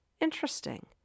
interesting